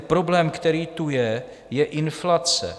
Problém, který tu je, je inflace.